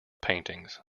paintings